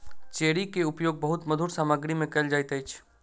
cherry के उपयोग बहुत मधुर सामग्री में कयल जाइत अछि